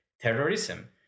terrorism